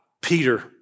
Peter